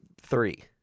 Three